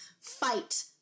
fight